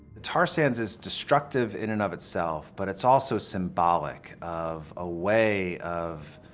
tar sands is destructive in and of itself but it's also symbolic of a way of